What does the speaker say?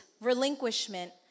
relinquishment